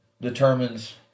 determines